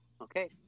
Okay